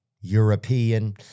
European